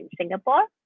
Singapore